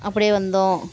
அப்டேயே வந்தோம்